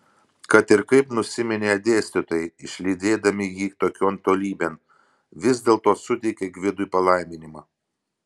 kad ir kaip nusiminė dėstytojai išlydėdami jį tokion tolybėn vis dėlto suteikė gvidui palaiminimą